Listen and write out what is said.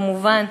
כמובן,